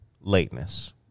lateness